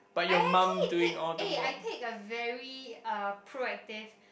I actually pick eh I pick a very uh proactive